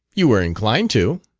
you were inclined to.